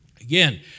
Again